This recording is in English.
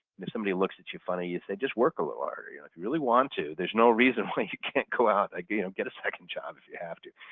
and if somebody looks at you funny, you say just work a little harder. yeah if you really want to, there's no reason why you can't go out and you know get a second job if you have to.